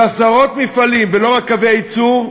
ועשרות מפעלים, ולא רק קווי הייצור,